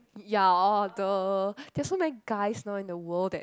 ya or the there's so many guys now in the world that